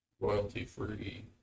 royalty-free